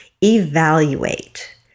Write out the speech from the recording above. evaluate